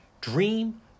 Dream